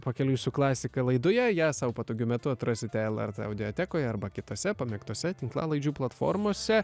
pakeliui su klasika laidoje ją sau patogiu metu atrasite lrt audiotekoj arba kitose pamėgtose tinklalaidžių platformose